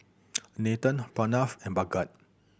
Nathan Pranav and Bhagat